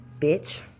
bitch